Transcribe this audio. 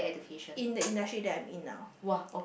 in the industry that I'm in now